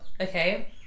okay